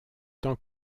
tant